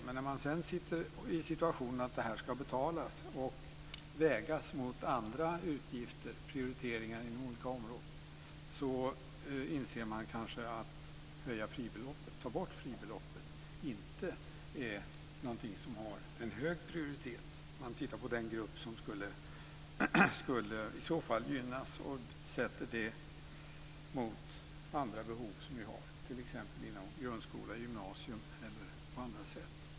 Men när man sedan sitter i situationen att detta ska betalas och vägas mot andra utgifter och prioriteringar inom olika områden inser man kanske att borttagandet av fribeloppet inte är någonting som har en hög prioritet, om man tittar närmare på den grupp som i så fall skulle gynnas och sätter det mot andra behov som vi har t.ex. inom grundskola, gymnasium och på andra sätt.